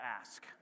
ask